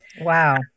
Wow